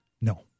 No